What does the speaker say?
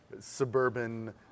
suburban